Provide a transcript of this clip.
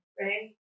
right